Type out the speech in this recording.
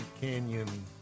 Canyon